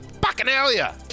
Bacchanalia